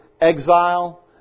exile